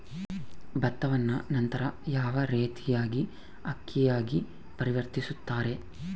ಭತ್ತವನ್ನ ನಂತರ ಯಾವ ರೇತಿಯಾಗಿ ಅಕ್ಕಿಯಾಗಿ ಪರಿವರ್ತಿಸುತ್ತಾರೆ?